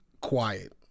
quiet